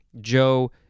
Joe